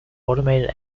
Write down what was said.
automated